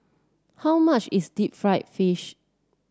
how much is Deep Fried Fish